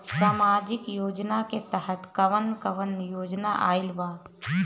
सामाजिक योजना के तहत कवन कवन योजना आइल बा?